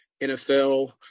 NFL